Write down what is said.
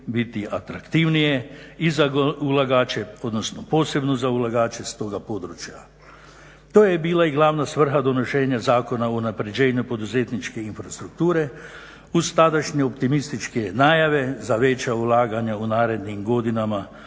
biti atraktivnije i za ulagače odnosno posebno za ulagače s toga područja. To je bila i glavna svrha donošenja Zakona o unapređenju poduzetničke infrastrukture uz tadašnje optimističke najave za veća ulaganja u narednim godinama